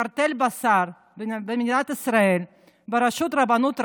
קרטל בשר במדינת ישראל בראשות הרבנות הראשית,